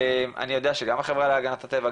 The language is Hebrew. אני יודע שגם החברה להגנת הטבע,